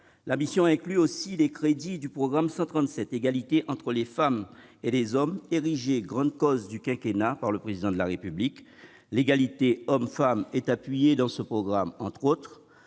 La mission inclut aussi les crédits du programme 137, « Égalité entre les femmes et les hommes », érigée « grande cause du quinquennat » par le Président de la République. L'égalité entre les femmes et les hommes est appuyée dans ce programme, entre autres,